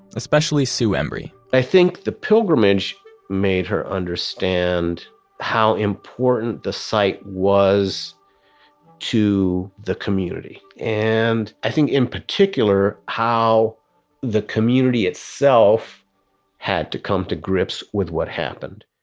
especially sue embrey i think the pilgrimage made her understand how important the site was to the community and i think in particular, how the community itself had to come to grips with what happened